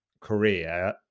career